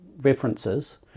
references